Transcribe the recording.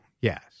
yes